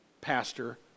pastor